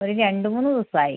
ഒരു രണ്ട് മൂന്ന് ദിവസമായി